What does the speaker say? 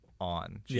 on